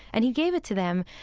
and he gave it to them,